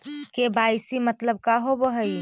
KYC मतलब का होव हइ?